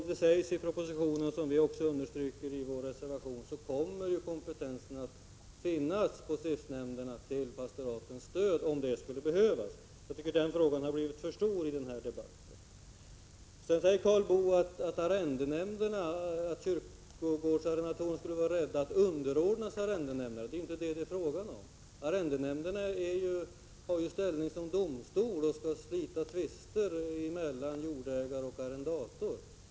Det sägs i propositionen, och vi understryker det i vår reservation, att det kommer att finnas kompetens hos stiftsnämnderna till pastoratens stöd om det skulle behövas. Jag tycker att den frågan blivit för stor i debatten. Så säger Karl Boo att prästgårdsarrendatorerna skulle vara rädda att underordna sig arrendenämnderna. Det är inte det saken gäller. Arrendenämnderna har ju ställning som domstol och skall slita tvister mellan jordägare och arrendator.